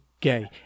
gay